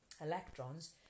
electrons